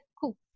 cool